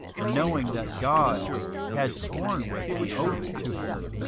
and knowing that god had sworn with an oath to him,